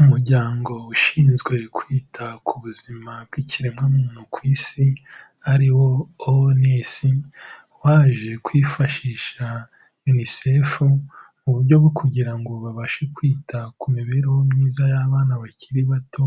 Umuryango ushinzwe kwita ku buzima bw'ikiremwamuntu ku isi, ari wo OMS, waje kwifashisha UNICEF mu buryo bwo kugira ngo babashe kwita ku mibereho myiza y'abana bakiri bato